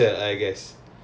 uh